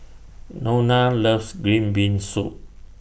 Nona loves Green Bean Soup